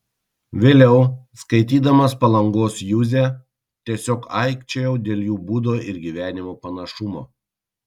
vėliau skaitydamas palangos juzę tiesiog aikčiojau dėl jų būdo ir gyvenimo panašumo